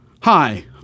Hi